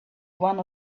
one